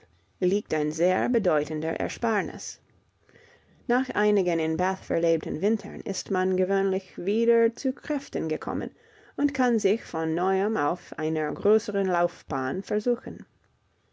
liegt ein sehr bedeutender ersparnis nach einigen in bath verlebten wintern ist man gewöhnlich wieder zu kräften gekommen und kann sich von neuem auf einer größeren laufbahn versuchen